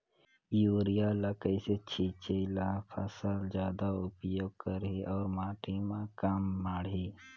Urea ल कइसे छीचे ल फसल जादा उपयोग करही अउ माटी म कम माढ़ही?